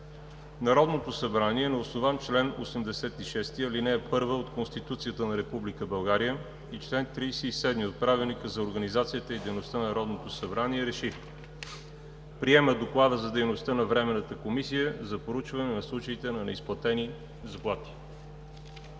Народното събрание на основание чл. 86, ал. 1 от Конституцията на Република България и чл. 37 от Правилника за организацията и дейността на Народното събрание РЕШИ: Приема Доклада за дейността на Временната комисия за проучване на случаите на неизплатени заплати.“